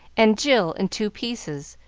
and jill in two pieces,